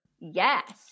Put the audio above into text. Yes